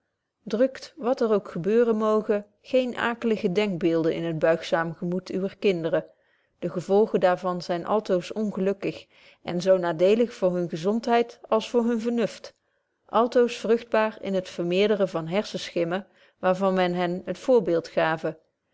drukt wat er ook gebeuren moge geene akebetje wolff proeve over de opvoeding lige denkbeelden in het buigzaam gemoed uwer kinderen de gevolgen daar van zyn altoos ongelukkig en zo nadeelig voor hunne gezondheid als voor hun vernuft altoos vrugtbaar in het vermeerderen van harssenschimmen waar van men hen het voorbeeld gave